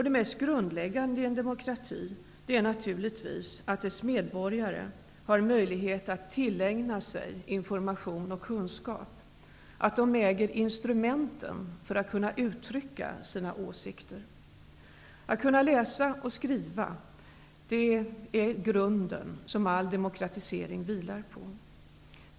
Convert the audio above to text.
Det mest grundläggande i en demokrati är naturligtvis att dess medborgare har möjlighet att tillägna sig information och kunskap, att de äger instrumenten för att kunna uttrycka sina åsikter. Att kunna läsa och skriva är den grund som all demokratisering vilar på.